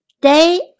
day